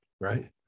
right